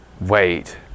wait